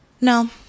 No